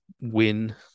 win